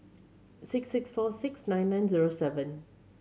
six six four six nine nine zero seven